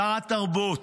שר התרבות,